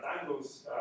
angles